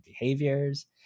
behaviors